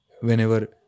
whenever